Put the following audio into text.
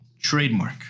Trademark